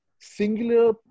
singular